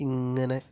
ഇങ്ങനെ